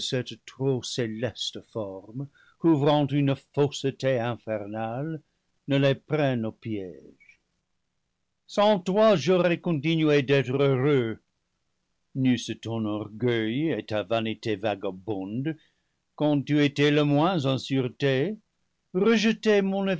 trop céleste forme couvrant une fausseté infernale ne les prenne au piége sans toi j'aurais continué d'être heureux n'eussent ton orgueil et ta vanité vagabonde quand tu étais le moins en sûreté rejeté